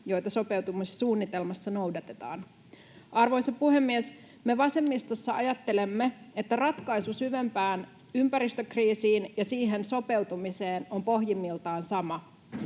joita sopeutumissuunnitelmassa noudatetaan. Arvoisa puhemies! Me vasemmistossa ajattelemme, että ratkaisu syvempään ympäristökriisiin ja siihen sopeutumiseen on pohjimmiltaan sama.